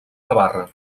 navarra